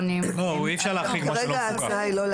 אי אפשר להחריג מה שלא מפוקח.